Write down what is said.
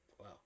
Wow